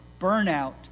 Burnout